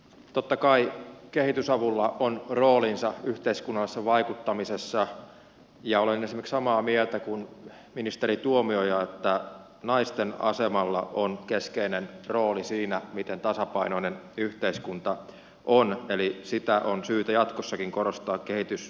totta kai kehitysavulla on roolinsa yhteiskunnallisessa vaikuttamisessa ja olen esimerkiksi samaa mieltä kuin ministeri tuomioja että naisten asemalla on keskeinen rooli siinä miten tasapainoinen yhteiskunta on eli sitä on syytä jatkossakin korostaa kehitysapupolitiikassa kehitysyhteistyössä